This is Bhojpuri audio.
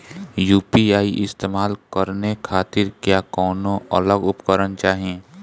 यू.पी.आई इस्तेमाल करने खातिर क्या कौनो अलग उपकरण चाहीं?